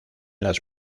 las